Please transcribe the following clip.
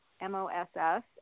M-O-S-S